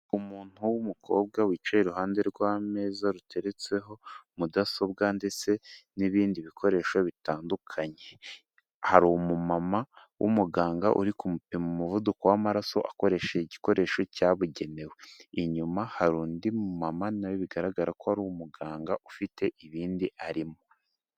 Umuntu w'umukobwa wicaye iruhande rw'ameza, ruteretseho mudasobwa ndetse n'ibindi bikoresho bitandukanye, hari umumama w'umuganga urikumupima umuvuduko w'amaraso, akoresheje igikoresho cyabugenewe, inyuma hari undi mumama na we bigaragara ko ari umuganga ufite ibindi arimo.